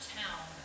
town